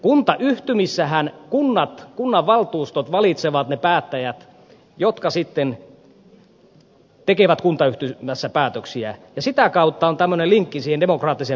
kuntayhtymissähän kunnat kunnanvaltuustot valitsevat ne päättäjät jotka sitten tekevät kuntayhtymässä päätöksiä ja sitä kautta on tämmöinen linkki siihen demokraattiseen päätöksentekoon